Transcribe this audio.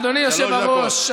אדוני היושב-ראש,